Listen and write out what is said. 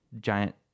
giant